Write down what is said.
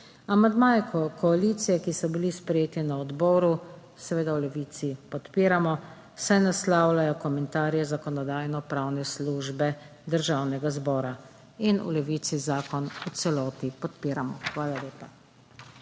Amandmaje koalicije, ki so bili sprejeti na odboru, seveda v Levici podpiramo, saj naslavljajo komentarje Zakonodajno-pravne službe Državnega zbora, in v Levici zakon v celoti podpiramo. Hvala lepa.